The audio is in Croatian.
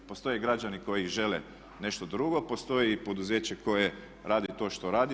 Postoje građani koji žele nešto drugo, postoji i poduzeće koje radi to što radi.